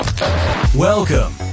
Welcome